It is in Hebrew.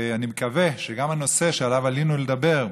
ואני מקווה שגם הנושא שעליו עלינו לדבר,